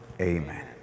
Amen